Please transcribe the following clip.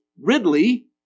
Ridley